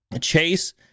Chase